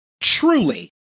truly